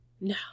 No